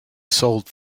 sold